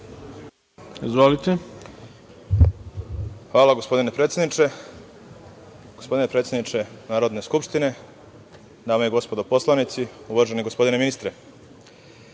Rajić** Hvala, gospodine predsedniče. Gospodine predsedniče Narodne skupštine, dame i gospodo poslanici, uvaženi gospodine ministre,